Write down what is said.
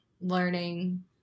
learning